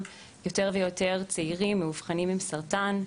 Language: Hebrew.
של יותר ויותר צעירים המאובחנים עם סרטן.